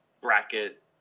bracket